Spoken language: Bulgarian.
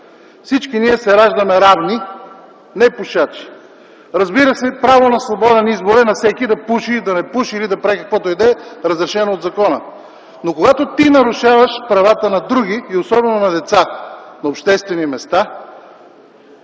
Всички ние се раждаме равни, непушачи. Разбира се, право на свободен избор е на всеки да пуши или да не пуши, да прави всичко, разрешено от закона. Но когато ти нарушаваш правата на други и особено на деца на обществени места,